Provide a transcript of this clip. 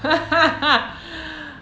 ha ha ha